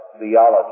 theology